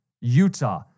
Utah